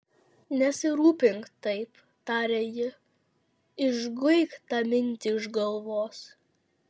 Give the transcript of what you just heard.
nesirūpink taip tarė ji išguik tą mintį iš galvos